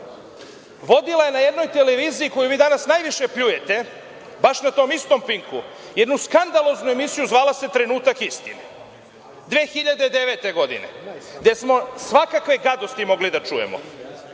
vodila je na jednoj televiziji koju vi danas najviše pljujete baš na tom istom „Pinku“ jednu skandaloznu emisiju zvala se „Trenutak istine“ 2009 godine, gde smo svake gadosti mogli da čujemo. Pa